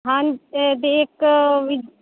ਹਾਂਜੀ ਦੇ ਇੱਕ ਵੀ